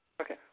Okay